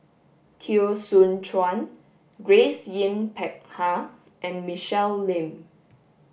Teo Soon Chuan Grace Yin Peck Ha and Michelle Lim